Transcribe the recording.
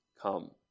come